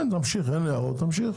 כן נמשיך, אין הערות נמשיך.